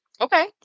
Okay